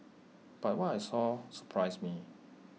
but what I saw surprised me